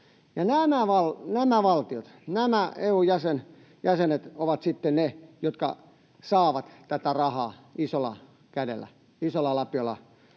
nämä valtiot, nämä EU-jäsenet, ovat sitten ne, jotka saavat tätä rahaa isolla kädellä, isolla lapiolla